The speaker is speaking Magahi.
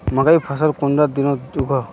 मकई फसल कुंडा दिनोत उगैहे?